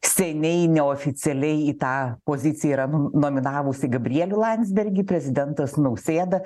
seniai neoficialiai į tą poziciją yra nominavusi gabrielių landsbergį prezidentas nausėda